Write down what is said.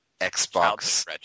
Xbox